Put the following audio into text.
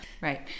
Right